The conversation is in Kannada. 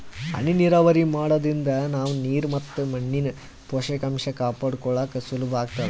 ಹನಿ ನೀರಾವರಿ ಮಾಡಾದ್ರಿಂದ ನಾವ್ ನೀರ್ ಮತ್ ಮಣ್ಣಿನ್ ಪೋಷಕಾಂಷ ಕಾಪಾಡ್ಕೋಳಕ್ ಸುಲಭ್ ಆಗ್ತದಾ